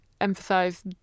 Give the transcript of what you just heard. emphasize